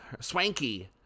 swanky